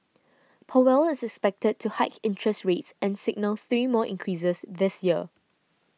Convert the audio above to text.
powell is expected to hike interest rates and signal three more increases this year